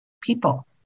people